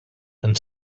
and